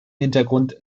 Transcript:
hintergrund